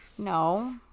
No